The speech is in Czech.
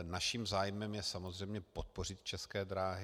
Naším zájmem je samozřejmě podpořit České dráhy.